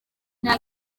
nta